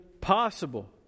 possible